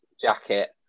jacket